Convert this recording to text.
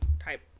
type